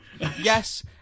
Yes